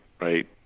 right